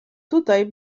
tutaj